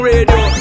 Radio